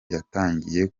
yatangiye